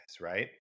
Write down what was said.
right